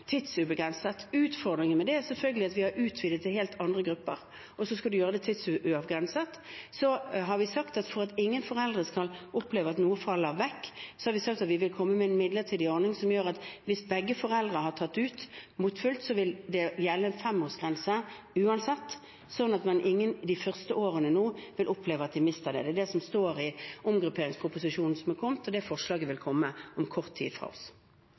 tidsubegrenset. Utfordringen med det er selvfølgelig at vi har utvidet til helt andre grupper, og så skal man gjøre det tidsubegrenset. For at ingen foreldre skal oppleve at noe faller vekk, har vi sagt at vi vil komme med en midlertidig ordning, som gjør at hvis begge foreldre har tatt ut henimot fullt, vil det uansett gjelde en femårsgrense, slik at ingen de første årene vil oppleve at de mister det. Det er det som står i omgrupperingsproposisjonen som er kommet, og det forslaget vil komme fra oss om kort tid.